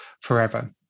forever